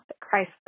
Christ